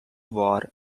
war